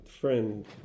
friend